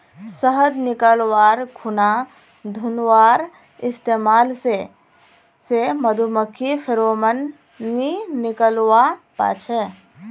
शहद निकाल्वार खुना धुंआर इस्तेमाल से मधुमाखी फेरोमोन नि निक्लुआ पाछे